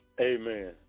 Amen